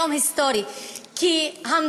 זה יום היסטורי,